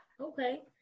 Okay